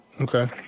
Okay